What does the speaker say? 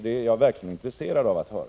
Det är jag verkligen intresserad av att höra.